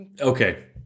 Okay